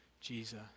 Jesus